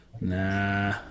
Nah